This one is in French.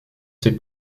ses